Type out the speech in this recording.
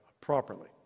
properly